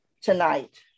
tonight